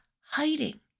hiding